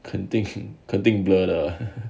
肯定肯定 blur